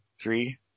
three